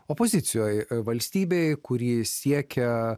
opozicijoj valstybei kuri siekia